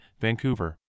Vancouver